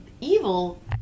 evil